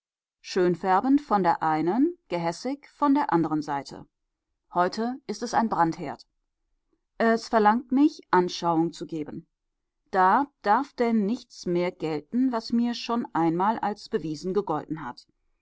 wurde schönfärbend von der einen gehässig von der anderen seite heute ist es ein brandherd es verlangt mich anschauung zu geben da darf denn nichts mehr gelten was mir schon einmal als bewiesen gegolten hat